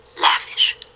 lavish